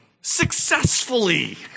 successfully